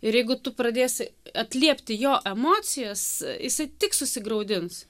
ir jeigu tu pradėsi atliepti jo emocijas jisai tik susigraudins